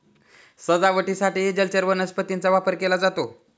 सजावटीसाठीही जलचर वनस्पतींचा वापर केला जातो